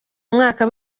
mwaka